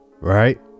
right